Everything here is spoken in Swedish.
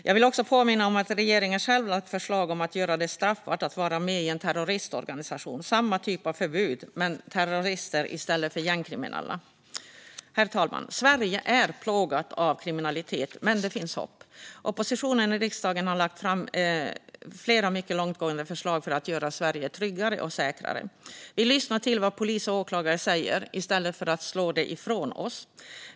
Jag vill också påminna om att regeringen själv lagt fram förslag om att göra det straffbart att vara med i en terroristorganisation. Det är samma typ av förbud men för terrorister i stället för gängkriminella. Herr talman! Sverige är plågat av kriminalitet. Men det finns hopp. Oppositionen i riksdagen har lagt fram flera mycket långtgående förslag för att göra Sverige tryggare och säkrare. Vi lyssnar på vad polis och åklagare säger i stället för att slå ifrån oss.